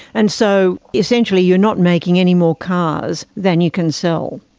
and so essentially you are not making any more cars than you can sell.